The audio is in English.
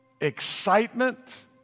excitement